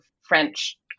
French